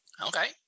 Okay